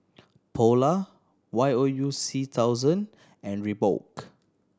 Polar Y O U C thousand and Reebok